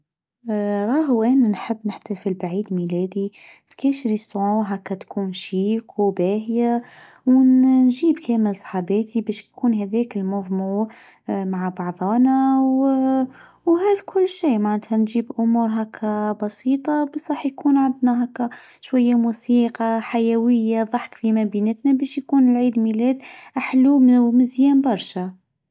راه وين نحب نحتفل بعيد ميلادي؟ في كيشي ريستوران هكا تكون شيك وباهيا ونجيب كامل صاحباتي بش يكون هذاك كامل مع بعظنا وهذا كل شيء معناتها نجيب امور هكا بسيطه بس راح يكون عندنا هكا شويه موسيقى حيو.يه ضحك في ما بيناتنا بس يكون العيد ميلاد احلونا ومزيان برشا.